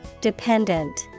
Dependent